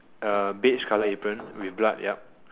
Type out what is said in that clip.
uh beige colour apron with blood yup